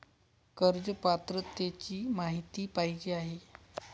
कर्ज पात्रतेची माहिती पाहिजे आहे?